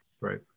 Right